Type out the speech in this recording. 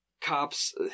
cops –